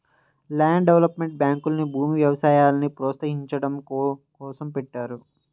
land development బ్యాంకుల్ని భూమి, వ్యవసాయాల్ని ప్రోత్సహించడం కోసం పెట్టారు